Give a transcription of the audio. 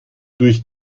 durch